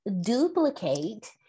duplicate